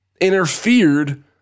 interfered